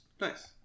nice